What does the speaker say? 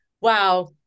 wow